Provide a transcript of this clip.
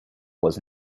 was